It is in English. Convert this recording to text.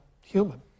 human